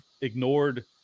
ignored